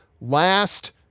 last